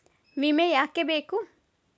ವಿಮೆ ಯಾಕೆ ಬೇಕು?